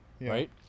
Right